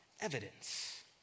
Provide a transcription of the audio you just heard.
evidence